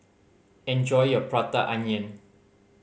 enjoy your Prata Onion